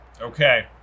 Okay